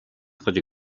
хатгаж